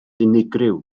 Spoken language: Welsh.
unigryw